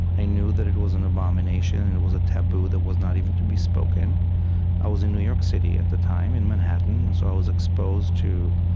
i knew that it was an abomination, and it was a taboo that was not even to be spoken i was in new york city at the time, in manhattan, and so i was exposed to